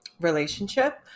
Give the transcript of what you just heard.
relationship